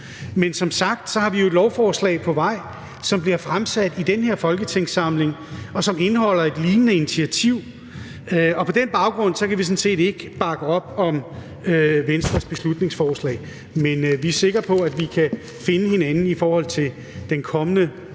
men som sagt har vi jo et lovforslag på vej, som bliver fremsat i den her folketingssamling, og som indeholder et lignende initiativ, og på den baggrund kan vi ikke bakke op om Venstres beslutningsforslag. Men vi er sikre på, at vi kan finde hinanden i forhold til det kommende